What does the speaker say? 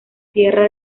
sierra